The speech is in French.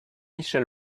michel